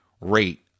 rate